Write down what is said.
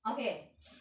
okay